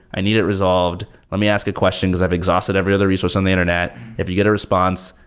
i need it resolved. let me ask a question, because i've exhausted every other resource on the internet. if you get a response,